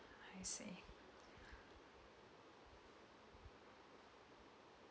I see